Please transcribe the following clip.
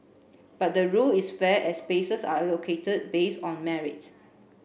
but the rule is fair as spaces are allocated based on merit